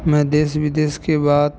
मे देश बिदेश्के बात